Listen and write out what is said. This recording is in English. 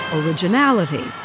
originality